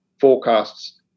forecasts